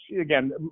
again